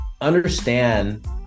understand